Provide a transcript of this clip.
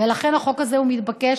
ולכן החוק הזה הוא מתבקש.